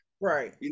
Right